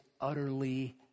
utterly